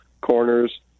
corners